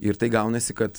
ir tai gaunasi kad